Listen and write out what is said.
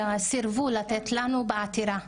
סירבו לתת לנו בעתירה.